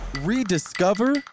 rediscover